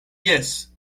jes